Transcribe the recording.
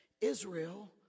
Israel